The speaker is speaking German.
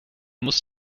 muss